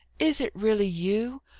is it really you?